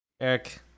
Eric